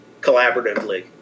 collaboratively